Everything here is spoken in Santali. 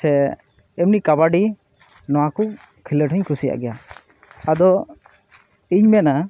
ᱥᱮ ᱮᱢᱱᱤ ᱠᱟᱵᱟᱰᱤ ᱱᱚᱣᱟᱠᱚᱧ ᱠᱷᱮᱞᱚᱰᱦᱚᱸᱭ ᱠᱩᱥᱤᱭᱟᱜ ᱜᱮᱭᱟ ᱟᱫᱚ ᱤᱧ ᱢᱮᱱᱟ